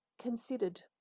considered